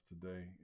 today